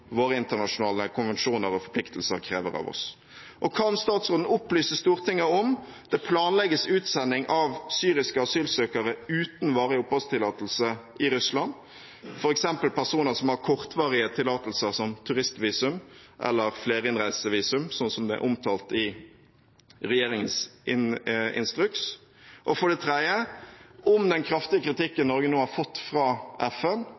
våre internasjonale konvensjoner og forpliktelser krever av oss? Kan statsråden opplyse Stortinget om hvorvidt det planlegges utsendelse av syriske asylsøkere uten varig oppholdstillatelse i Russland, f.eks. personer som har kortvarige tillatelser som turistvisum eller flerinnreisevisum, som omtalt i regjeringens instruks? Vil den kraftige kritikken Norge har fått fra FN,